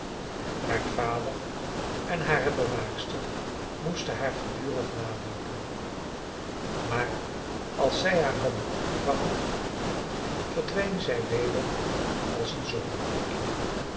haar vader en hare bewaakster moesten haar gedurig naloopen maar als zij haar hadden opgevangen verdween zij weder als een